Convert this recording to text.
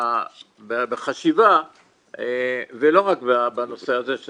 בחשיבה ולא רק בנושא הזה.